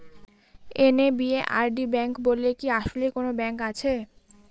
NABARD bank বলে কি আসলেই কোনো ব্যাংক আছে?